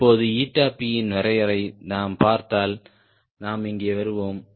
இப்போது P இன் வரையறை நாம் பார்த்தால் நாம் இங்கே வருவோம்